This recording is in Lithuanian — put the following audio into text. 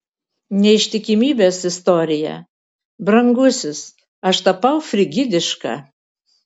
neištikimybės istorija brangusis aš tapau frigidiška